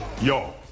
Yo